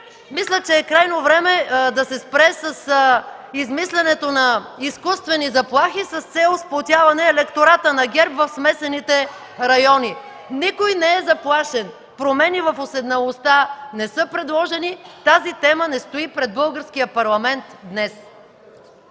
Мисля, че е крайно време да се спре с измислянето на изкуствени заплахи с цел сплотяване електората на ГЕРБ в смесените райони. Никой не е заплашен. Промени в уседналостта не са предложени, тази тема не стои пред българския парламент днес.